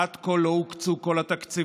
עד כה לא הוקצו כל התקציבים,